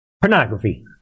Pornography